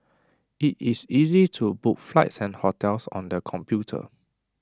IT is easy to book flights and hotels on the computer